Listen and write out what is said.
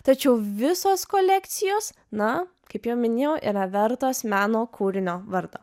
tačiau visos kolekcijos na kaip jau minėjau yra vertos meno kūrinio vardo